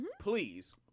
Please